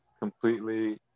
completely